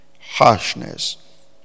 harshness